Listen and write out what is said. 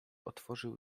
otworzył